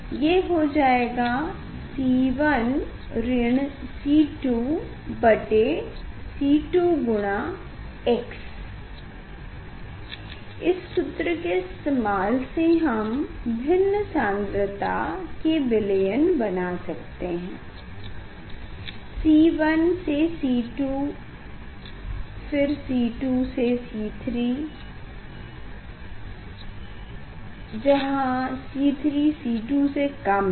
ये हो जाएगा C1 ऋण C2 बटे C2 गुना x इस सूत्र के इस्तेमाल से हम भिन्न सान्द्रता के विलयन बना सकते हैं C1 से C2 फिर C2 से C3 जहाँ C3 C2 से कम है